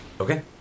Okay